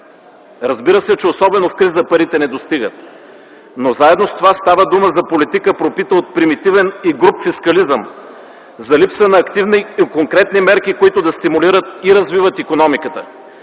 Разбира се, че особено в криза парите не достигат, но заедно с това става дума за политика, пропита от примитивен и груб фискализъм, за липса на активни и конкретни мерки, които да стимулират и развиват икономиката,